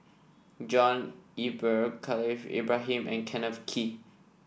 John Eber Khalil Ibrahim and Kenneth Kee